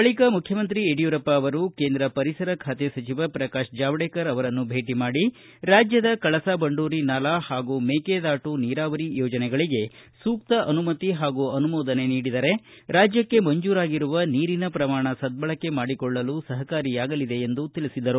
ಬಳಿಕ ಮುಖ್ಯಮಂತ್ರಿ ಯಡಿಯೂರಪ್ಪ ಅವರು ಕೇಂದ್ರ ಪರಿಸರ ಖಾತೆ ಸಚಿವ ಪ್ರಕಾಶ ಜಾವಡೇಕರ್ ಅವರನ್ನು ಭೇಟಿ ಮಾಡಿ ರಾಜ್ಯದ ಕಳಸಾ ಬಂಡೂರಿ ನಾಲಾ ಹಾಗೂ ಮೇಕೆದಾಟು ನೀರಾವರಿ ಯೋಜನೆಗಳಿಗೆ ಸೂಕ್ತ ಅನುಮತಿ ಹಾಗೂ ಅನುಮೋದನೆ ನೀಡಿದರೆ ರಾಜ್ಯಕ್ಷೆ ಮಂಜೂರಾಗಿರುವ ನೀರಿನ ಪ್ರಮಾಣ ಸದ್ಗಳಕೆ ಮಾಡಿಕೊಳ್ಳಲು ಸಹಕಾರಿಯಾಗಲಿದೆ ಎಂದು ತಿಳಿಸಿದರು